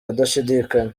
adashidikanya